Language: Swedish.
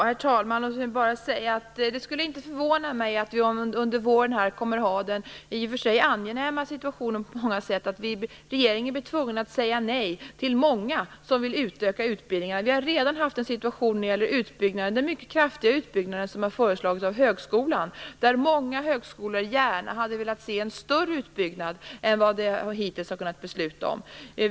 Herr talman! Det skulle inte förvåna mig om vi under våren hamnar i den på många sätt i och för sig angenäma situationen att regeringen blir tvungen att säga nej till många av dem som vill utöka utbildningen. Vi har redan upplevt en sådan situation när det gäller utbyggnaden. Beträffande den mycket kraftiga utbyggnad som föreslagits av högskolan hade många högskolor gärna sett en större utbyggnad än det hittills varit möjligt att besluta om.